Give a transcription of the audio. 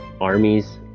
armies